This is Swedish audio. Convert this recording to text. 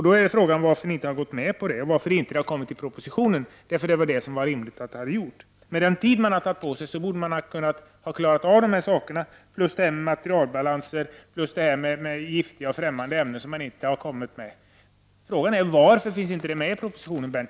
Då är frågan varför de inte har kommit med i propositionen, vilket det hade varit rimligt att de gjort. Med den tid man har tagit på sig borde man ha kunnat klara av de här sakerna, plus materialbalanser och giftiga främmande ämnen som inte heller har kommit med. Varför har det inte kommit med i propositionen, Berndt